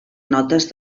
notes